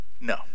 No